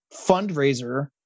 fundraiser